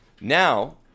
Now